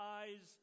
eyes